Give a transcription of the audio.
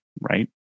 right